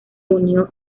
unió